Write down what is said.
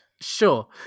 Sure